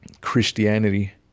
Christianity